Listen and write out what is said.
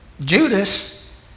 Judas